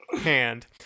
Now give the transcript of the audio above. hand